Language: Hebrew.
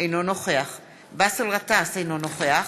אינו נוכח באסל גטאס, אינו נוכח